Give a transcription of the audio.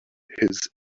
his